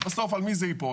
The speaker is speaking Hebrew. בסוף על מי זה ייפול?